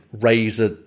razor